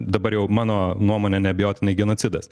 dabar jau mano nuomone neabejotinai genocidas